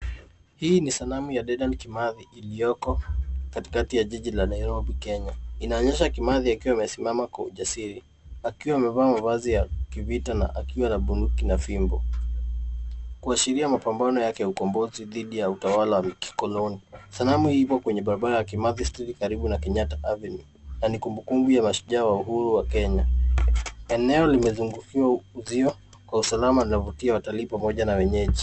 Hii ni sanamu ya Dedan Kimathi iliyoko katikati ya jiji la Niarobi, Kenya. Inaonyesha Kimathi akiwa amesimama kwa ujasiri akiwa amevaa mavazi ya kivita na akiwa na bunduki na fimbo kuashiria mapambano yake ya ukombozi dhidi ya utawala wa kikoloni. Sanamu hii iko kwenye barabara ya Kimathi Street karibu na Kenyatta Avenue na ni kumbukumbu ya mashujaa wa uhuru wa Kenya. Eneo limezungukiwa uzio kwa usalama. Linavutia watalii pamoja na wenyeji.